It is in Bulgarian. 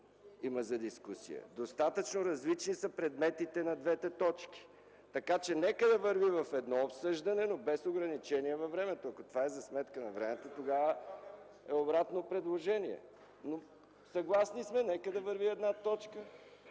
има за дискусия. Достатъчно различни са предметите на двете точки, така че нека да върви в едно обсъждане, но без ограничение във времето. Ако това е за сметка на времето, тогава е обратно предложение. Съгласни сме – нека да върви една точка,